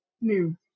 new